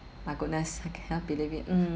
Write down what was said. my goodness I cannot believe it mm